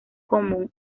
común